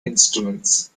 instruments